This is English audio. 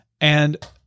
and-